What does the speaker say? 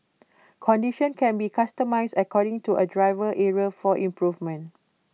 conditions can be customised according to A driver's area for improvement